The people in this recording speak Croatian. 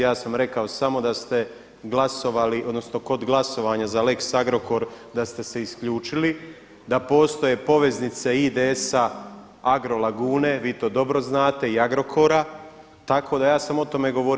Ja sam rekao samo da ste glasovali odnosno kod glasovanja za lex Agrokor da ste se isključili, da postoje poveznice IDS-a Agrolagune vi to dobro znate i Agrokora, tako da ja sam o tome govori.